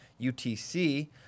utc